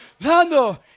Lando